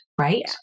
right